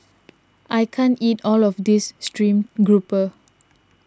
I can't eat all of this Stream Grouper